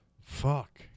Fuck